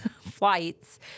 flights